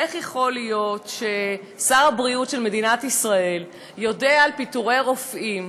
איך יכול להיות ששר הבריאות של מדינת ישראל יודע על פיטורי רופאים,